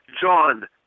John